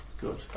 good